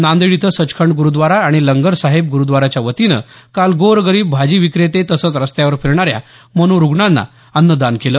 नांदेड इथं सचखंड गुरूद्वारा आणि लंगर साहेब गुरुद्वाराच्या वतीनं काल गोर गरीब भाजी विक्रेते तसंच रस्त्यावर फिरणाऱ्या मनोरूग्णांना अन्नदान केलं